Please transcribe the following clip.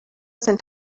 sind